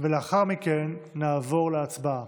לאחר מכן נעבור להצבעה,